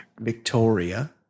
Victoria